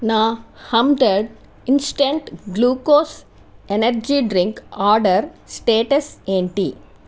నా హంతర్డ్ instant glucose energy drink order status ఏంటి